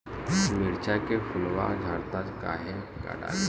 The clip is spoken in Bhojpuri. मिरचा के फुलवा झड़ता काहे का डाली?